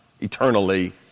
eternally